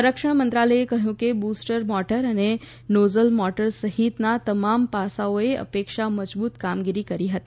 સંરક્ષણ મંત્રાલયે કહ્યું કે બૂસ્ટર મોટર અને નોઝલ મોટર સહિતના તમામ પાસાંઓએ અપેક્ષા મુજબ કામગીરી કરી હતી